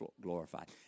glorified